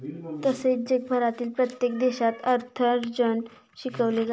तसेच जगभरातील प्रत्येक देशात अर्थार्जन शिकवले जाते